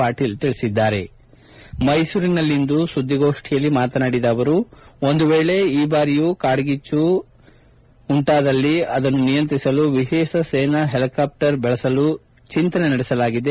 ಪಾಟೀಲ್ ಹೇಳದ್ಗಾರೆ ಮೈಸೂರಿನಲ್ಲಿಂದು ಸುದ್ಲಿಗೋಷ್ನಿಯಲ್ಲಿ ಮಾತನಾಡಿದ ಅವರು ಒಂದು ವೇಳೆ ಈ ಬಾರಿಯೂ ಕಾಡ್ಲೀಚ್ನು ಉಂಟಾದಲ್ಲಿ ಅದನ್ನು ನಿಯಂತಕ್ರಿಸಲು ವಿಶೇಷ ಸೇನಾ ಹೆಲಿಕಾಪ್ಟರ್ ಬಳಸಲು ಚಿಂತನೆ ನಡೆಸಲಾಗಿದೆ